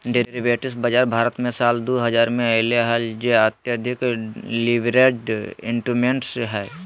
derivatives बाजार भारत मे साल दु हजार मे अइले हल जे अत्यधिक लीवरेज्ड इंस्ट्रूमेंट्स हइ